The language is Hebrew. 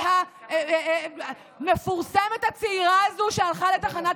על המפורסמת הצעירה הזאת שהלכה לתחנת